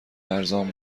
ارزان